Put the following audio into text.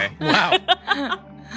Wow